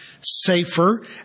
safer